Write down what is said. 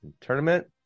tournament